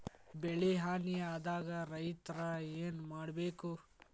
ಬೆಳಿ ಹಾನಿ ಆದಾಗ ರೈತ್ರ ಏನ್ ಮಾಡ್ಬೇಕ್?